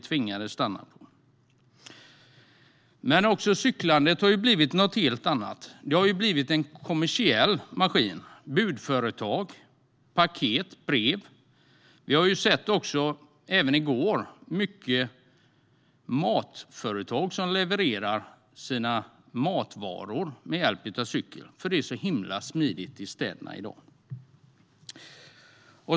Cyklandet har också blivit något helt annat. Cykeln har blivit en kommersiell maskin för bud, paket och brev. Vi har också sett, och det gjorde vi även i går, många matföretag som levererar sina varor med hjälp av cykel, för det är så himla smidigt i städerna i dag.